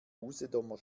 usedomer